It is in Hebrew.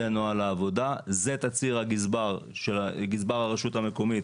זה תצהיר הגזבר של גזבר הרשות המקומית,